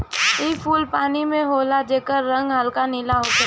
इ फूल पानी में होला जेकर रंग हल्का नीला होखेला